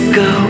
go